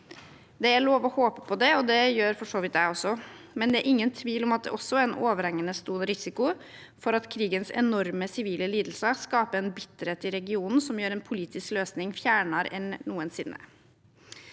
Det er lov å håpe på det, og det gjør for så vidt også jeg, men det er ingen tvil om at det er en overhengende stor risiko for at krigens enorme sivile lidelser skaper en bitterhet i regionen som gjør en politisk løsning fjernere enn noensinne.